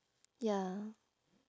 ya